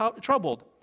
troubled